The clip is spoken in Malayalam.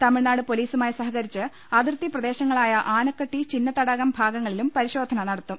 തമിഴ്നാട് പൊലീസുമായി സഹകരിച്ചു അതിർത്തി പ്രദേശങ്ങളായ ആനക്കട്ടി ചിന്നതടാകം ഭാഗങ്ങളിലും പരിശോധന നടത്തും